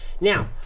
Now